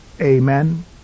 amen